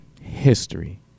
history